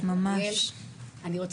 א', אני פה